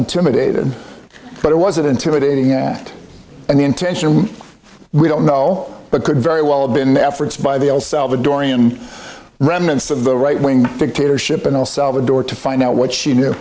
intimidated but it was it intimidating and intentional we don't know but could very well been the efforts by the el salvadorian remnants of the right wing dictatorship and all salvador to find out what she knew